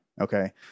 Okay